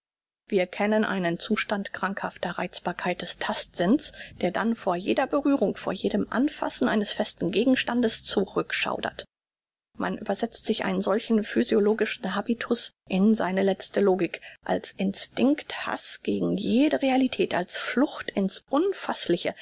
wir kennen einen zustand krankhafter reizbarkeit des tastsinns der dann vor jeder berührung vor jedem anfassen eines festen gegenstandes zurückschaudert man übersetze sich einen solchen physiologischen habitus in seine letzte logik als instinkt haß gegen jede realität als flucht in's unfaßliche